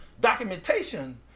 documentation